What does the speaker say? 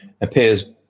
appears